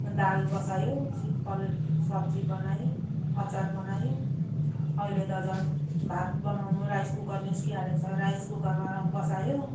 दाल बसायो सिम्पल सब्जी बनायो अचार बनायो अहिले त झन् भात बनाउनु राइस कुकर निस्किहालेको छ राइस कुकरमा बसायो